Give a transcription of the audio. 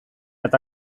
eta